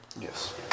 Yes